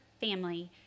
family